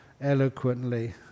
eloquently